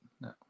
no